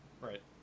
Right